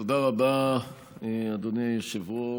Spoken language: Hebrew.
תודה רבה, אדוני היושב-ראש.